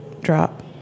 drop